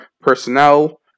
personnel